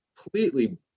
completely